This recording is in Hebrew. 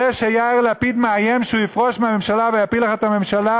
זה שיאיר לפיד מאיים שהוא יפרוש מהממשלה ויפיל לך את הממשלה,